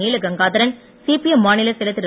நீல கங்காதரன் சிபிஎம் மாநிலச் செயலர் திரு